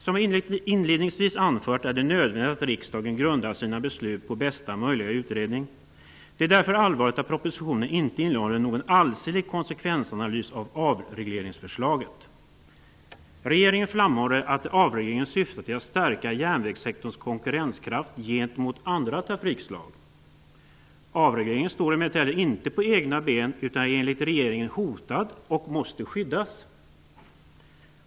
Som jag inledningsvis anfört är det nödvändigt att riksdagen grundar sina beslut på bästa möjliga utredning. Det är därför allvarligt att propositionen inte innehåller någon allsidig konsekvensanalys av avregleringsförslaget. Regeringen framhåller att avregleringen syftar till att stärka järnvägssektorns konkurrenskraft gentemot andra trafikslag. Avregleringen står emellertid inte på egna ben utan är enligt regeringen hotad och måste skyddas.